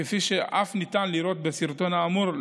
כפי שאף ניתן לראות בסרטון האמור,